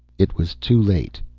it was too late.